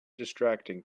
distracting